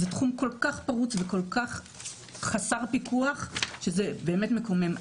זה תחום כל כך פרוץ וכל כך חסר פיקוח שזה באמת מקומם.